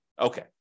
Okay